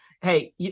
hey